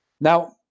Now